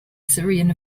syrian